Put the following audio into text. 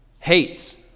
hates